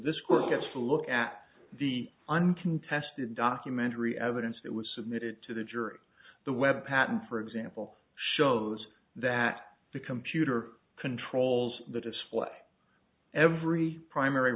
to look at the uncontested documentary evidence that was submitted to the jury the weather pattern for example shows that the computer controls the display every primary